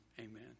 Amen